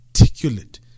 articulate